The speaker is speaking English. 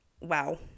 wow